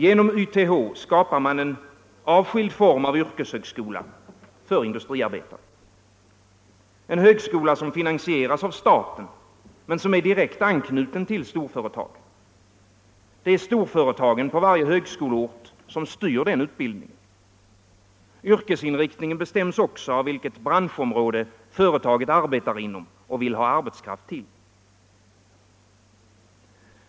Genom YTH skapar man en avskild form av yrkeshögskola för industriarbetare. Det är en högskola som finansieras av staten men som är direkt anknuten till storföretagen. Det är storföretagen på varje högskoleort som styr den utbildningen. Yrkesinriktningen bestäms också av vilket branschområde företaget arbetar inom och vill ha arbetskraft till.